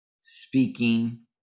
speaking